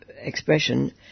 expression